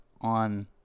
on